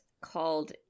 called